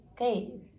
okay